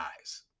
eyes